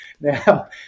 Now